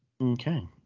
Okay